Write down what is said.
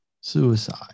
suicide